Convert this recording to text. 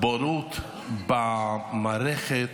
בורות במערכת,